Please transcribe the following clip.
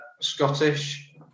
scottish